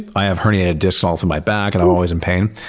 i have herniated disks all through my back and i'm always in pain.